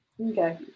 Okay